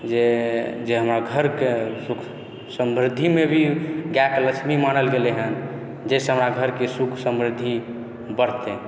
जे हमरा घरके सुख समृद्धिमे भी गायके लक्ष्मी मानल गेलै हँ जाहि सँ हमरा घरके सुख समृद्धि बढ़तै